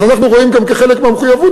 אבל אנחנו רואים גם כחלק מהמחויבות